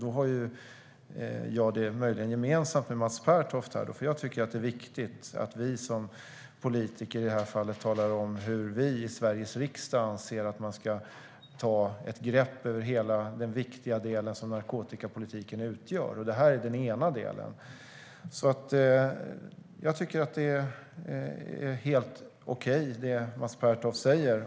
Då har jag det möjligen gemensamt med Mats Pertoft, för jag tycker att det är viktigt att vi som politiker i det här fallet talar om hur vi i Sveriges riksdag anser att vi ska ta ett grepp över hela den viktiga del som narkotikapolitiken utgör. Det här är den ena delen. Jag tycker att det som Mats Pertoft säger är helt okej.